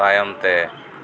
ᱛᱟᱭᱚᱢ ᱛᱮ